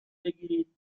بگیرید